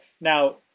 now